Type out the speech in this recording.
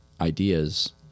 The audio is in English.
ideas